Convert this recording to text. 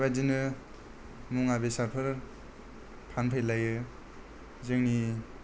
बेबादिनो मुवा बेसादफोर फानफैलायो जोंनि